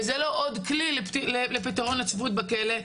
וזה לא עוד כלי לפתרון לבעיית הצפיפות בכלא,